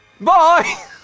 Bye